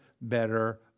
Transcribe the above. better